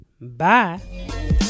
bye